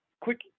quick